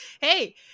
hey